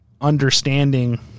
understanding